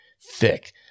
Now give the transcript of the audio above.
thick